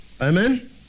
Amen